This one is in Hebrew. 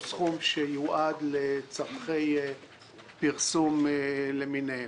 הוא סכום שיועד לצרכי פרסום למיניהם.